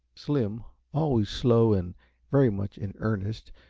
slim, always slow and very much in earnest,